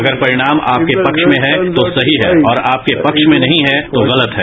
अगर परिणाम आपके पक्ष में है तो सही है और आपके पक्ष में नहीं है तो गलत है